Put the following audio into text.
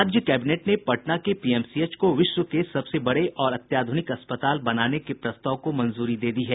राज्य कैबिनेट ने पटना के पीएमसीएच को विश्व के सबसे बड़े और अत्याधूनिक अस्पताल बनाने के प्रस्ताव को मंजूरी दे दी है